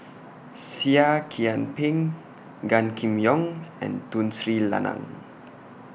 Seah Kian Peng Gan Kim Yong and Tun Sri Lanang